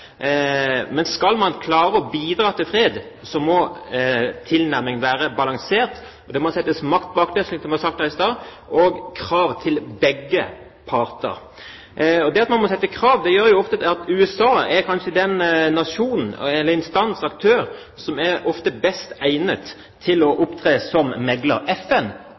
Men skal man klare å bidra til fred, må tilnærmingen være balansert. Det må settes makt bak det, slik det ble sagt her i stad, og stilles krav til begge parter. Det at man må stille krav, gjør at USA kanskje er den nasjonen – instansen, aktøren – som ofte er best egnet til å opptre som megler. FN